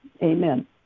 amen